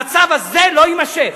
המצב הזה לא יימשך.